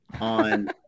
on